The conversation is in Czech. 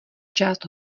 část